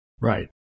Right